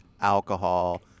alcohol